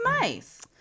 nice